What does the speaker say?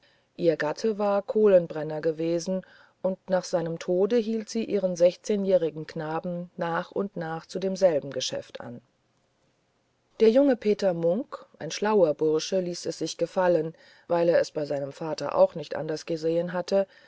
ihr gatte war kohlenbrenner gewesen und nach seinem tod hielt sie ihren jährigen knaben nach und nach zu demselben geschäft an der junge peter munk ein schlauer bursche ließ es sich gefallen weil er es bei seinem vater auch nicht anders gesehen hatte